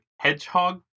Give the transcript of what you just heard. hedgehog